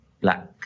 black